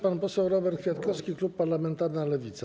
Pan poseł Robert Kwiatkowski, klub parlamentarny Lewica.